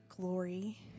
glory